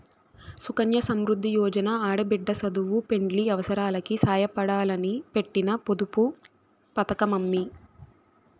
సుకన్య సమృద్ది యోజన ఆడబిడ్డ సదువు, పెండ్లి అవసారాలకి సాయపడాలని పెట్టిన పొదుపు పతకమమ్మీ